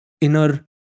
inner